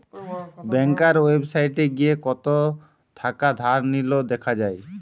ব্যাংকার ওয়েবসাইটে গিয়ে কত থাকা ধার নিলো দেখা যায়